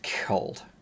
cold